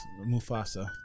Mufasa